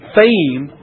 fame